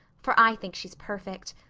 for i think she's perfect.